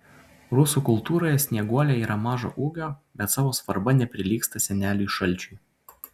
rusų kultūroje snieguolė yra mažo ūgio bet savo svarba neprilygsta seneliui šalčiui